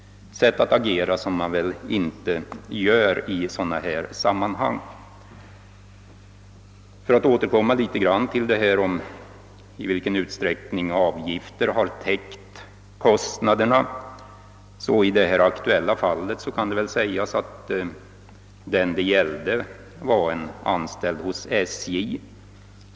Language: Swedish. Så agerar man inte i dessa sammanhang. Jag skall ytterligare något beröra frågan om i vilken utsträckning avgifterna har täckt kostnaderna. I det här aktuella fallet gäller det en person anställd hos SJ.